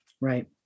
Right